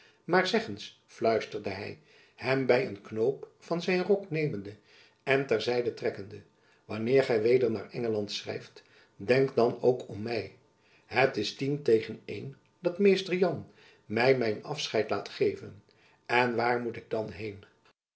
maar zeg eens fluisterde hy hem by een knoop van zijn rok nemende en ter zijde trekkende wanneer gy weder naar engeland schrijft denk dan ook om my het is tien tegen een dat mr jan my mijn afscheid laat geven en waar moet ik dan heen